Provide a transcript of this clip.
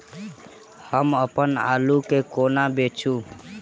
हम अप्पन आलु केँ कोना बेचू?